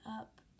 up